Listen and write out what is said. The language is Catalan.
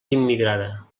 immigrada